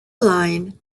line